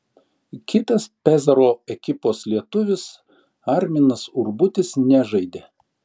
kitas pezaro ekipos lietuvis arminas urbutis nežaidė